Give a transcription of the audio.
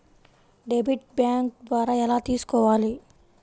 Debit bank ద్వారా ఎలా తీసుకోవాలి?